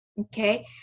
Okay